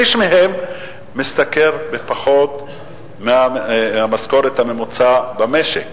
שליש מהם משתכרים פחות מהשכר הממוצע במשק.